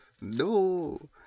No